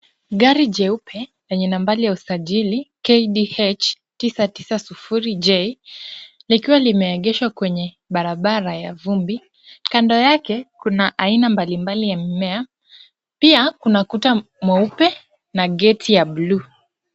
Gari jeupe yenye nambari ya usajili KDH 990J, likiwa limeegeshwa kwenye barabara ya vumbi, kando yake kuna aina mbalimbali ya mimea, pia kuna kuta mweupe na geti ya buluu.